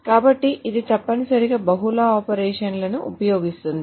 కాబట్టి ఇది తప్పనిసరిగా బహుళ ఆపరేషన్లను ఉపయోగిస్తుంది